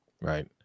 right